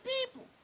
people